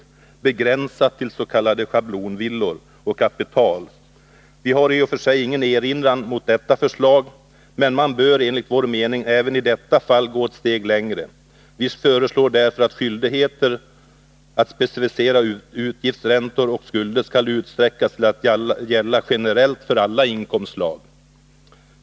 Dock begränsas denna skyldighet till att avse s.k. schablonvillor och kapital. Vi har i och för sig ingen erinran mot detta förslag, men man bör enligt vår mening även i detta fall gå ett steg längre. Vi föreslår därför att skyldigheten att specificera utgiftsräntor och skulder skall utsträckas till att gälla generellt för alla inkomstslag.